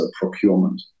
procurement